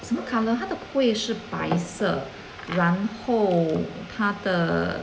什么 color 它的 kueh 是白色然后它的